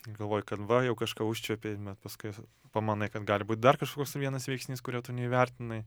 ir galvoji kad va jau kažką užčiuopei bet paskui pamanai kad gali būt dar kažkoks vienas veiksnys kurio tu neįvertinai